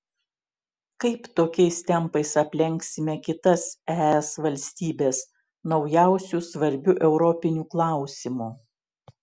kaip tokiais tempais aplenksime kitas es valstybes naujausiu svarbiu europiniu klausimu